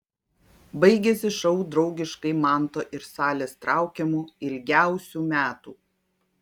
baigėsi šou draugiškai manto ir salės traukiamu ilgiausių metų